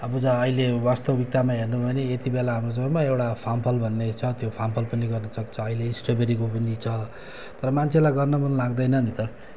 अब जहाँ अहिले वास्तविकतामा हेर्नु भने यति बेला हाम्रो समयमा एउटा फामफल भन्ने छ त्यो फामफल पनि गर्नुसक्छ अहिले स्ट्रबेरीको पनि छ तर मान्छेलाई गर्नु मन लाग्दैन नि त